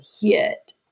hit